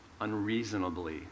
unreasonably